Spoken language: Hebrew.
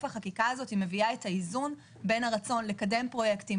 החקיקה הזאת בסוף מביאה את האיזון בין הרצון לקדם פרויקטים